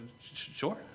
sure